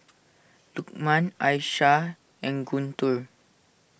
Lukman Aishah and Guntur